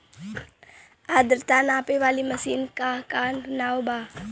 आद्रता नापे वाली मशीन क का नाव बा?